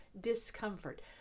discomfort